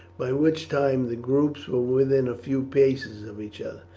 by which time the groups were within a few paces of each other.